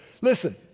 Listen